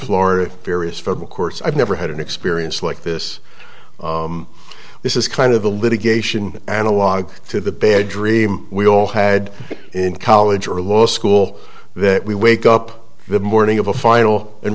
florida various federal courts i've never had an experience like this this is kind of the litigation analog to the bad dream we all had in college or law school that we wake up the morning of a final and